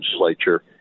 legislature